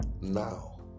now